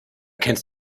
kennst